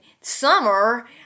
Summer